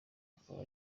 akaba